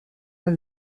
neuf